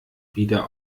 wieder